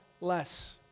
less